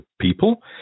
people